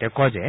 তেওঁ কয় যে